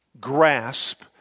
grasp